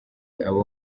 abo